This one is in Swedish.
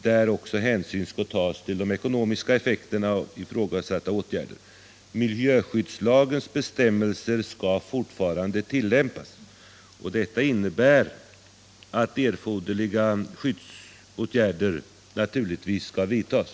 Hänsyn skall där också tas till de ekonomiska effekterna av ifrågasatta åtgärder. Miljöskyddslagens bestämmelser skall fortfarande tilllämpas, och detta innebär att erforderliga skyddsåtgärder naturligtvis skall vidtas.